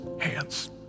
hands